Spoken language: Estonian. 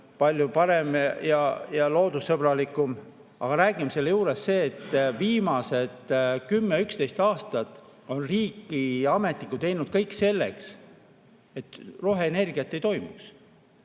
palju parem ja loodussõbralikum. Aga räägime ka sellest, et viimased 10–11 aastat on riigiametnikud teinud kõik selleks, et roheenergiat ei [oleks].